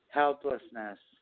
helplessness